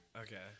okay